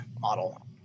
model